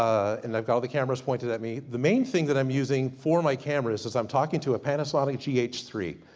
and i've got all the camera's pointed at me. the main thing that i'm using for my camera's, is i'm talking to a panasonic g h three.